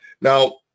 Now